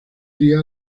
día